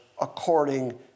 according